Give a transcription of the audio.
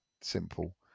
simple